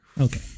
okay